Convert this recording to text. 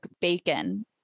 bacon